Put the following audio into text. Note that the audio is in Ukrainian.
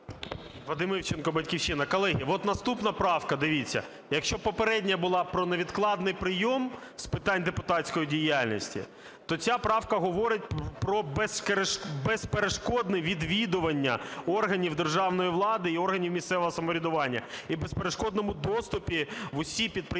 Вадим Івченко, "Батьківщина". Колеги, от наступна правка, дивіться, якщо попередня була про невідкладний прийом з питань депутатської діяльності, то ця правка говорить про безперешкодне відвідування органів державної влади і органів місцевого самоврядування, і в безперешкодному доступі в усі підприємства